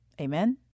Amen